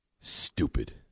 Stupid